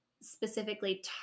specifically